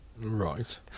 Right